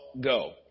go